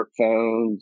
smartphones